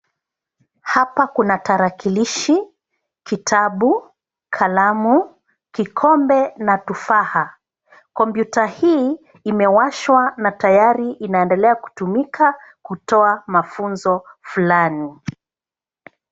Hapa kuna tarakilishi, kitabu, kalamu, kikombe na tufaha. Kompyuta hii imewashwa na tayari inaendelea kutumika kutoa mafunzo fulani.